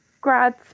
grads